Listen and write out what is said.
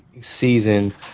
season